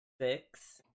six